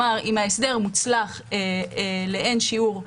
אם ההסדר מוצלח לאין שיעור,